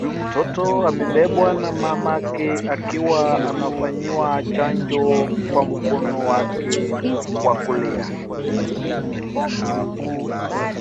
Mtoto amebebwa na mama yake akiwa anafanyiwa chanjo kwa mkono wake wa kulia.